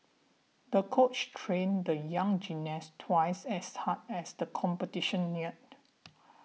the coach trained the young gymnast twice as hard as the competition neared